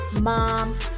mom